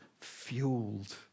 fueled